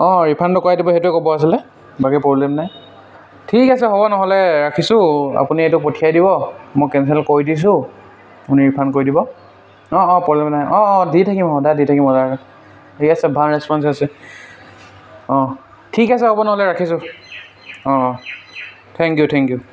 অঁ ৰিফাণ্ডটো কৰাই দিব সেইটোৱে ক'ব আছিলে বাকী প্ৰব্লেম নাই ঠিক আছে হ'ব নহ'লে ৰাখিছোঁ আপুনি এইটো পঠিয়াই দিব মই কেনচেল কৰি দিছোঁ আপুনি ৰিফাণ্ড কৰি দিব অঁ অঁ প্ৰব্লেম নাই অঁ অঁ দি থাকিম সদায় দি থাকিম অৰ্ডাৰ ঠিক আছে ভাল ৰেছপঞ্চ আছে অঁ ঠিক আছে হ'ব নহ'লে ৰাখিছোঁ অঁ অঁ থেংক ইউ থেংক ইউ